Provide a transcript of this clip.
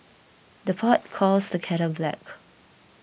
the pot calls the kettle black